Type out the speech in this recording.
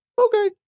okay